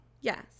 Yes